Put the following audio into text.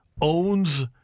owns